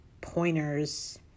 pointers